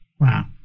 Wow